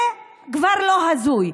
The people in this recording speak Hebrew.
זה כבר לא הזוי,